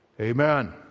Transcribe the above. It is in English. amen